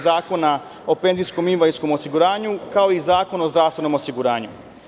Zakona o penzijskom i invalidskom osiguranju, kao i Zakon o zdravstvenom osiguranju.